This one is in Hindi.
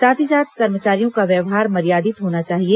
साथ ही थाना कर्मचारियों का व्यवहार मर्यादित होना चाहिए